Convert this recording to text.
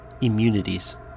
Immunities